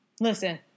Listen